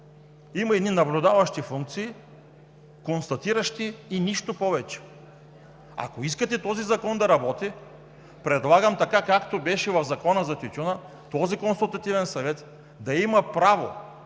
има едни наблюдаващи функции, констатиращи и нищо повече. Ако искате този закон да работи, предлагам така, както беше в Закона за тютюна и тютюневите изделия, този консултативен съвет да има право